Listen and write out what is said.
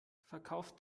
verkauft